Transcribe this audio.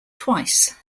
twice